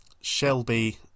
Shelby